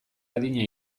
adina